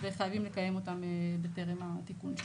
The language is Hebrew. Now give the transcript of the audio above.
וחייבים לקיים אותן בטרם התיקון.